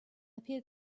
appeal